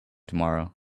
tomorrow